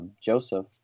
Joseph